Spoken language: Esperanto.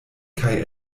kaj